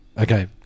Okay